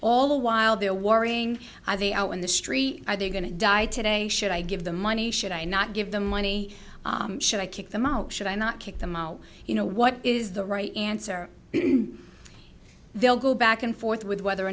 all the while they're worrying are they out in the street are they going to die today should i give the money should i not give them money should i kick them out should i not kick them out you know what is the right answer they'll go back and forth with whether or